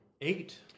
Eight